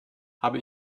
habe